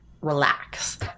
Relax